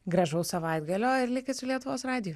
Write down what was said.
gražaus savaitgalio ir likit su lietuvos radiju